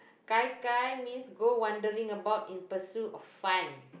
gai-gai means go wondering about in pursuit of fun